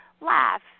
laugh